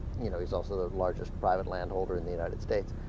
you know he's also the largest private land over and the united states